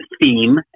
theme